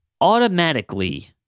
Automatically